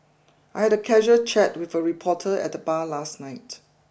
I had a casual chat with a reporter at the bar last night